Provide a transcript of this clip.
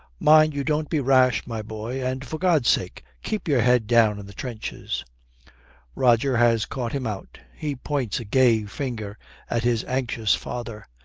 mind you don't be rash, my boy and for god's sake, keep your head down in the trenches roger has caught him out. he points a gay finger at his anxious father.